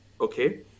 okay